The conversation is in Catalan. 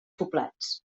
poblats